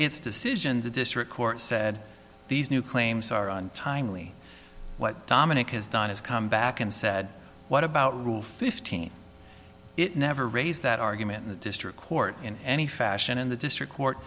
its decision the district court said these new claims are untimely what dominick has done is come back and said what about rule fifteen it never raised that argument in the district court in any fashion in the district court